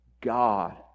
God